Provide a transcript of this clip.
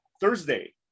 Thursday